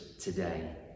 today